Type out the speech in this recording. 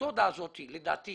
המתודה הזאת, לדעתי